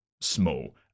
small